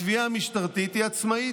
התביעה המשטרתית היא עצמאית,